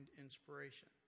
inspiration